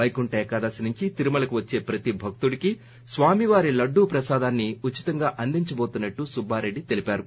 వైకుంఠ ఏకాదశి నుంచి తిరుమలకు వచ్చే ప్రతి భక్తుడికీ స్వామివారి లడ్డూ ప్రసాదం ఉచితంగా అందించటోతున్నట్లు సుబ్బారెడ్డి తెలియచేశారు